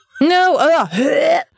No